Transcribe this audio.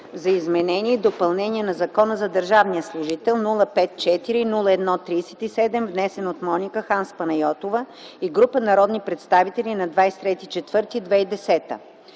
за изменение и допълнение на Закона за държавния служител № 054-01-37, внесен от Моника Ханс Панайотова и група народни представители на 23